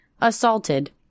assaulted